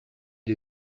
des